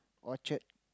Orchard